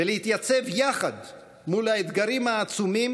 ולהתייצב יחד מול האתגרים העצומים